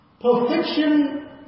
perfection